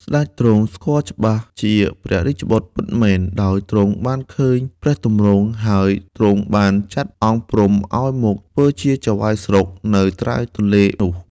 សេ្តចទ្រង់ស្គាល់ច្បាស់ជាព្រះរាជបុត្រពិតមែនដោយទ្រង់បានឃើញព្រះទម្រង់ ហើយទ្រង់បានចាត់អង្គព្រំឲ្យមកធ្វើជាចៅហ្វាយស្រុកនៅត្រើយព្រះទនេ្លនោះ។